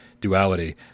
duality